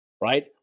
right